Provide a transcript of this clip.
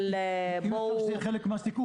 אבל --- רציתי שזה יהיה חלק מהסיכום.